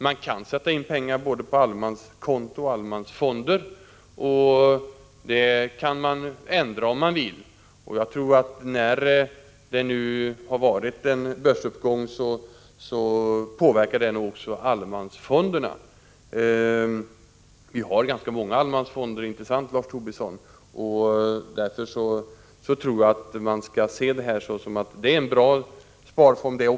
Man kan sätta in pengar både på allemanskonto och i allemansfonder, och man kan ändra sina placeringar om man vill. Den börsuppgång vi nu har haft kommer säkert att påverka allemansfonderna. Vi har ju ganska många allemansfonder — inte sant, Lars Tobisson? — och jag tror att man skall se också allemansfonderna som en bra sparform.